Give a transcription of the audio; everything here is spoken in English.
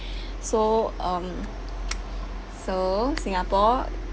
so um so singapore